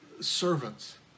servants